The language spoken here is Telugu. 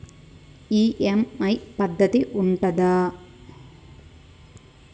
ఈ.ఎమ్.ఐ పద్ధతి ఉంటదా?